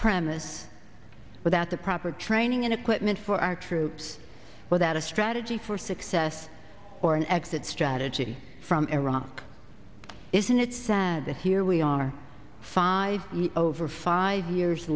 premise without the proper training and equipment for our troops without a strategy for success or an exit strategy from iraq isn't it sad that here we are five years over five years